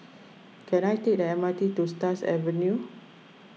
can I take the M R T to Stars Avenue